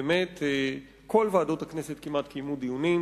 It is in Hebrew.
באמת כמעט כל ועדות הכנסת קיימו דיונים,